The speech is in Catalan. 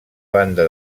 banda